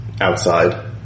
outside